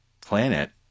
planet